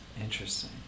interesting